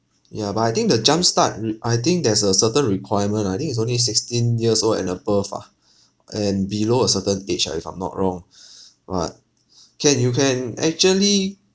ya but I think the jump start re~ I think there's a certain requirement I think it's only sixteen years old and above ah and below a certain age ah if I'm not wrong but can you can actually